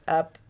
up